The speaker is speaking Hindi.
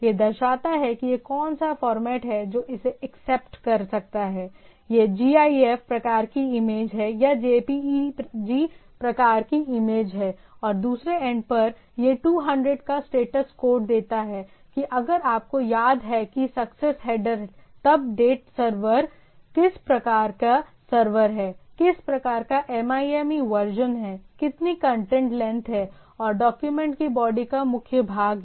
यह दर्शाता है कि यह कौन सा फॉर्मेट है जो इसे एक्सेप्ट कर सकता है यह gif प्रकार की इमेज है या jpeg प्रकार की इमेज है और दूसरे एंड पर यह 200 का स्टेटस देता है कि अगर आपको याद है कि सक्सेस हेडर तब डेट सर्वर किस प्रकार का सर्वर है किस प्रकार का MIME वर्जन है कितनी कंटेंट लेंथ है और डॉक्यूमेंट की बॉडी का मुख्य भाग है